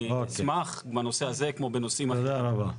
אני אשמח לעזור בנושא הזה, כמו בנושאים אחרים.